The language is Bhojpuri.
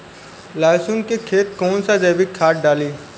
लहसुन के खेत कौन सा जैविक खाद डाली?